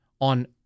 on